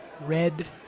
Red